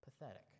Pathetic